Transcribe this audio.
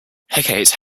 hecate